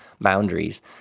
boundaries